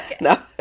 no